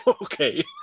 Okay